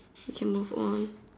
we can move on